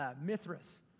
Mithras